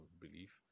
belief